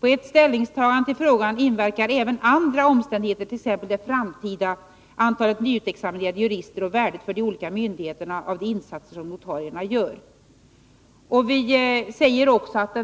På ett ställningstagande till frågan inverkar även andra omständigheter, exempelvis antalet i framtiden nyutexaminerade jurister och värdet för olika myndigheter av de insatser som notarierna gör. Vi säger också att